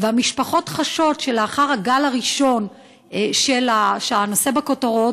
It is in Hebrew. והמשפחות חשות שלאחר הגל הראשון שהנושא בכותרות,